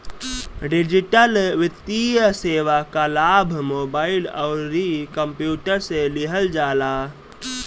digital वित्तीय सेवा कअ लाभ मोबाइल अउरी कंप्यूटर से लिहल जाला